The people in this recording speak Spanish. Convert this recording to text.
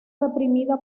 reprimida